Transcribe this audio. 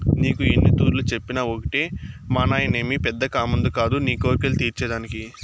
నీకు ఎన్నితూర్లు చెప్పినా ఒకటే మానాయనేమి పెద్ద కామందు కాదు నీ కోర్కెలు తీర్చే దానికి